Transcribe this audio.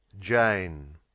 Jane